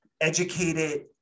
educated